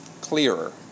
clearer